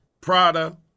Prada